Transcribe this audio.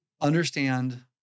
Understand